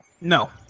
No